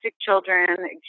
children